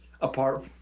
apart